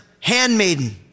handmaiden